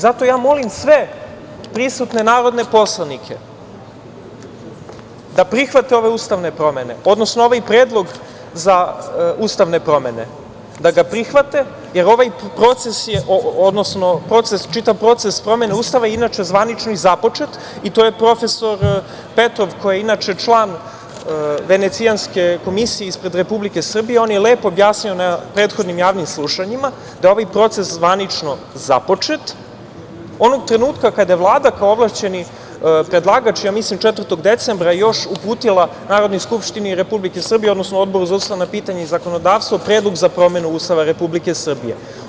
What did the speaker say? Zato ja molim sve prisutne narodne poslanike da prihvate ove ustavne promene, odnosno ovaj predlog za ustavne promene da prihvate, jer ovaj proces je, čitav proces promene Ustava je inače zvanično i započet i to je profesor Petrov, koji je inače član Venecijanske komisije ispred Republike Srbije, on je lepo objasnio na prethodnim javnim slušanjima da je ovaj proces zvanično započet onog trenutka kada je Vlada kao ovlašćeni predlagač, ja mislim, 4. decembra još uputila Narodnoj skupštini Republike Srbije, odnosno Odboru za ustavna pitanja i zakonodavstvo predlog za promenu Ustava Republike Srbije.